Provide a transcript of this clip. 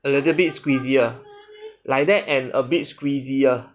a little bit squeezier like that and a bit squeezier